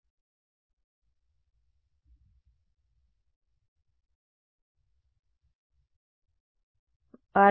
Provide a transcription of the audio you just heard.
విద్యార్థి z దర్శకత్వం వహించబడవచ్చు కానీ అది కాదు